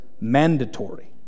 mandatory